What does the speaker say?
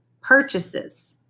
purchases